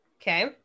okay